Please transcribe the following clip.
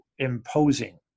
imposing